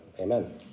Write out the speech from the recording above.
Amen